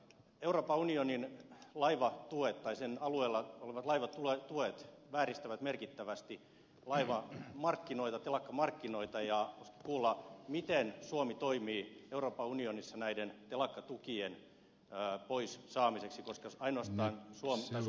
euroopan unionin alueella olevat laivatuet vääristävät merkittävästi laivamarkkinoita telakkamarkkinoita ja haluaisin kuulla miten suomi toimii euroopan unionissa näiden telakkatukien pois saamiseksi koska suomi voi ainoastaan hyötyä siitä